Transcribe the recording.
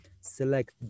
select